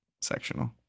sectional